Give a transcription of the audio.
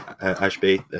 Ashby